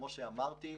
כמו שאמרתי,